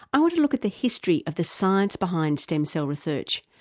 i want to look at the history of the science behind stem cell research,